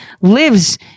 lives